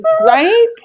right